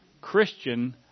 Christian